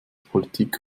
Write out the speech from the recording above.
politik